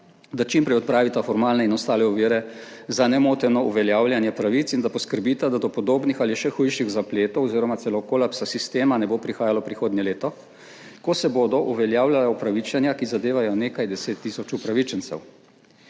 da čim prej odpravita formalne in ostale ovire za nemoteno uveljavljanje pravic in da poskrbita, da do podobnih ali še hujših zapletov oziroma celo kolapsa sistema ne bo prihajalo prihodnje leto, ko se bodo uveljavljala upravičenja, ki zadevajo nekaj 10 tisoč upravičencev.